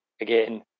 again